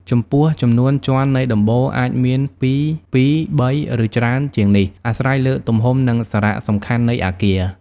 ចំពោះចំនួនជាន់នៃដំបូលអាចមានពីពីរ បី ឬច្រើនជាងនេះ អាស្រ័យលើទំហំ និងសារៈសំខាន់នៃអគារ។